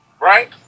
Right